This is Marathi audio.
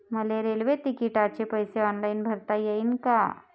मले रेल्वे तिकिटाचे पैसे ऑनलाईन भरता येईन का?